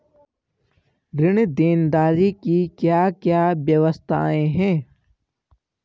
ऋण देनदारी की क्या क्या व्यवस्थाएँ हैं?